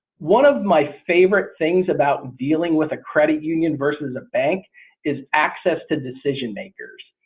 one of my favorite things about dealing with a credit union versus a bank is access to decision-makers.